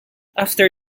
after